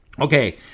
Okay